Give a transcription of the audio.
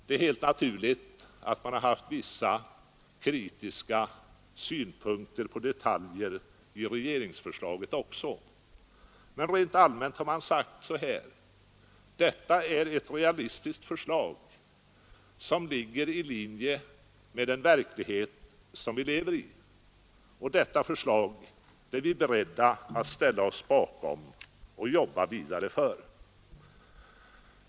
Det är helt naturligt att man har haft vissa kritiska synpunkter på detaljer i regeringsförslaget också, men rent allmänt har man sagt så här: Detta är ett realistiskt förslag som ligger i linje med den verklighet vi lever i, och detta förslag är vi beredda att ställa oss bakom och arbeta vidare för.